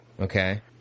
Okay